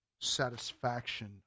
satisfaction